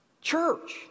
church